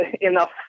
enough